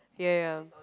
ya ya